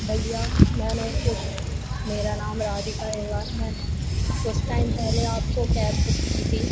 भैया मैंने कुछ मेरा नाम राधिका है वाल मैंने कुछ टाइम पहले आपको कैब बुक की थी